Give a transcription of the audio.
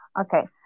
Okay